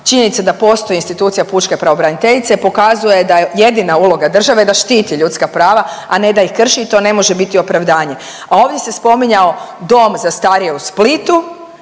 činjenica da postoji institucija pučke pravobraniteljice pokazuje da je jedina uloga države da štiti ljudska prava, a ne da ih krši i to ne može biti opravdanje, a ovdje se spominjao Dom za starije u Splitu